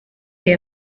they